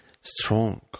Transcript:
strong